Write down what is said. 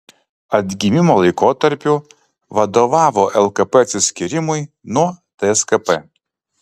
atgimimo laikotarpiu vadovavo lkp atsiskyrimui nuo tskp